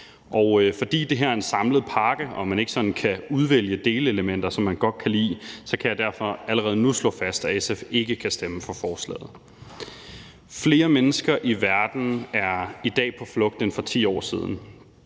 Og fordi det her er en samlet pakke og man ikke sådan kan udvælge delelementer, som man godt kan lide, kan jeg allerede nu slå fast, at SF ikke kan stemme for forslaget. Flere mennesker i verden er i dag på flugt end for 10 år siden.